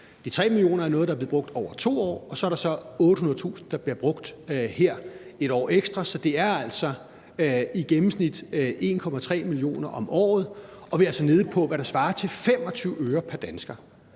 De 3 mio. kr. er blevet brugt over 2 år. Og så er der 800.000 kr., der bliver brugt her i 1 år ekstra. Så det er altså i gennemsnit 1,3 mio. kr. om året, og vi er altså nede på, hvad der svarer til 25 øre pr. dansker.